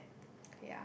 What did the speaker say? yeah